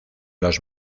los